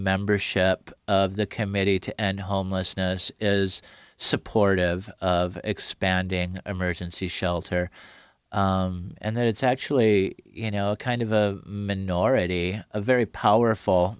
membership of the committee to end homelessness is supportive of expanding emergency shelter and then it's actually you know kind of a minority a very powerful